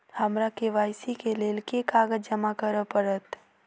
हमरा के.वाई.सी केँ लेल केँ कागज जमा करऽ पड़त?